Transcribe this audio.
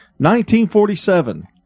1947